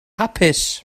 hapus